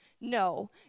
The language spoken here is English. No